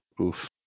Oof